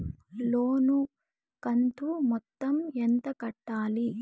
లోను కంతు మొత్తం ఎంత కట్టాలి?